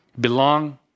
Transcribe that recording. belong